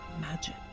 Magic